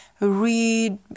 read